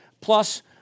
plus